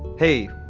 hey,